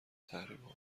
تحریمها